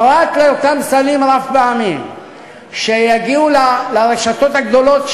פרט לאותם סלים רב-פעמיים שיגיעו לרשתות הגדולות,